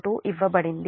02 ఇవ్వబడింది